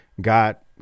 got